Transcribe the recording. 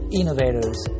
innovators